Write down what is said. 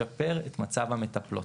לשפר את מצב המטפלות